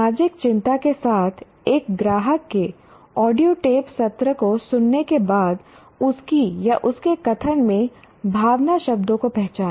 सामाजिक चिंता के साथ एक ग्राहक के ऑडियो टेप सत्र को सुनने के बाद उसकी या उसके कथन में भावना शब्दों को पहचानें